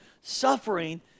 suffering